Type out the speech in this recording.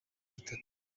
bitatu